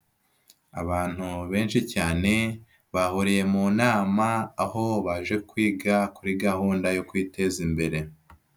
Abantu benshi cyane bahuriye mu nama aho baje kwiga kuri gahunda yo kwiteza imbere.